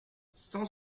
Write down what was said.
cent